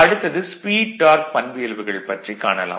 அடுத்தது speed torque பண்பியல்புகள் பற்றிக் காணலாம்